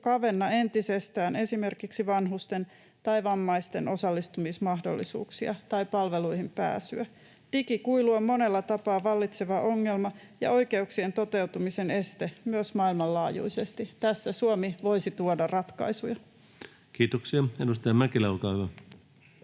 kavenna entisestään esimerkiksi vanhusten tai vammaisten osallistumismahdollisuuksia tai palveluihin pääsyä. Digikuilu on monella tapaa vallitseva ongelma ja oikeuksien toteutumisen este myös maailmanlaajuisesti. Tässä Suomi voisi tuoda ratkaisuja. [Speech 101] Speaker: